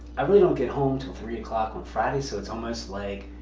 i really don't get home till three o'clock on friday, so it's almost like,